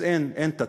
אז אין "תתים"